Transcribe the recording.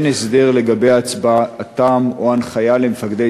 אין הסדר לגבי הצבעתם או הנחיה למפקדי